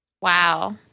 wow